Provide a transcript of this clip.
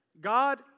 God